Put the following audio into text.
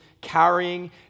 carrying